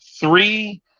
three